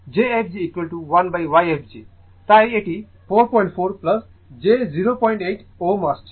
এখন Zfg1Yfg তাই এটি 44 j 08 Ω আসছে